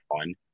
fun